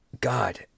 god